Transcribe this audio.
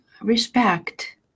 respect